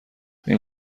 این